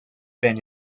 been